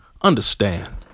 understand